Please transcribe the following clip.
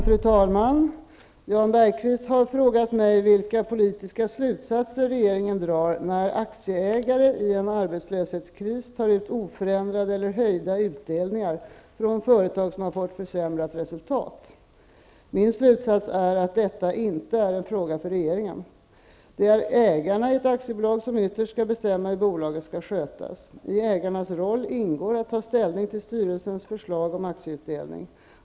Fru talman! Jan Bergqvist har frågat mig vilka politiska slutsatser regeringen drar när aktieägare i en arbetslöshetskris tar ut oförändrade eller höjda utdelningar från företag som fått försämrat resultat. Min slutsats är att detta inte är en fråga för regeringen. Det är ägarna i ett aktiebolag som ytterst skall bestämma hur bolaget skall skötas. I ägarnas roll ingår att ta ställning till styrelsens förslag om aktieutdelning.